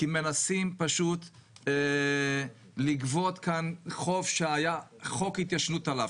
כי מנסים פשוט לגבות כאן חוב שיש חוק התיישנות עליו,